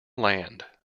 land